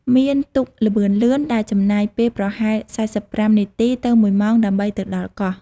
មាន ទូកល្បឿនលឿន ដែលចំណាយពេលប្រហែល ៤៥ នាទីទៅ ១ ម៉ោងដើម្បីទៅដល់កោះ។